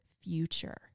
future